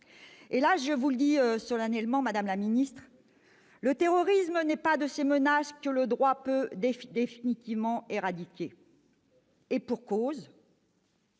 Je vous le dis solennellement, madame la ministre : le terrorisme n'est pas de ces menaces que le droit peut définitivement éradiquer. Elle a raison.